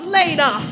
later